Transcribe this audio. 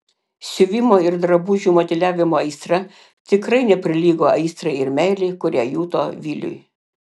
siuvimo ir drabužių modeliavimo aistra tikrai neprilygo aistrai ir meilei kurią juto viliui